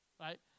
right